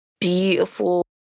beautiful